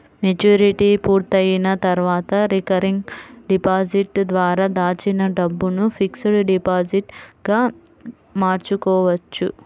maturity పూర్తయిన తర్వాత recurring deposit ద్వారా దాచిన డబ్బును ఫిక్స్డ్ డిపాజిట్ గా మార్చుకోవచ్చు